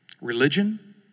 Religion